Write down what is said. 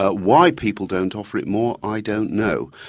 ah why people don't offer it more i don't know,